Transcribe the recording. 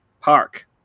Park